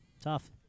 tough